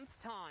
time